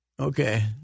Okay